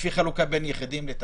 לפי חלוקה בין תאגידים ליחידים.